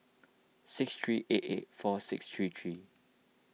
six three eight eight four six three three